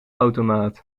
automaat